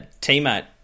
teammate